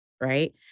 right